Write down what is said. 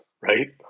right